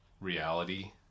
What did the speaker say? reality